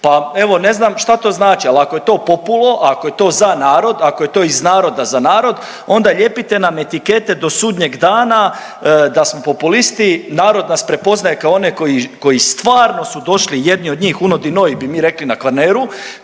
pa evo ne znam šta to znači, al ako je to populo, ako je to za narod, ako je to iz naroda za narod onda ljepite nam etikete do sudnjeg dana da smo populisti, narod nas prepoznaje kao one koji, koji stvarno su došli jedni od njih „uno di noi“ bi mi rekli na Kvarneru